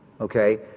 okay